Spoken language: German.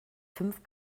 fünf